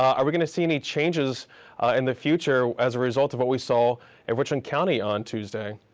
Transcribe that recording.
are we gonna see any changes in the future as a result of what we saw in richland county on tuesday?